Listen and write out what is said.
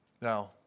Now